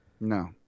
No